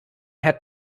had